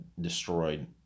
destroyed